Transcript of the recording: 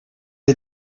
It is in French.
est